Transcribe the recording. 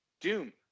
Doom